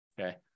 okay